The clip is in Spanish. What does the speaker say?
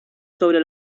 sobre